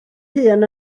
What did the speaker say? hun